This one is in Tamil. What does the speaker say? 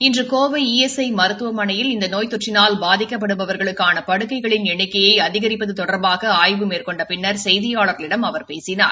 இன்று கோவை இ எஸ் ஐ மருத்துவமனையில் இந்த நோய் தொற்றினால் பாதிக்கப்படுபவர்களுக்கான படுக்கைகளின் எண்ணிக்கையை அதிகிப்பது தொடர்பாக ஆய்வு மேற்கொண்ட பின்னர் செய்தியாளர்களிடம் அவர் பேசினார்